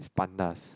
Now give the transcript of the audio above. pandas